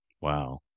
Wow